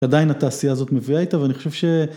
עדיין התעשייה הזאת מביאה איתה, ואני חושב ש...